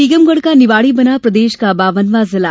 टीकमगढ़ का निवाड़ी बना प्रदेश का बावनवाँ जिला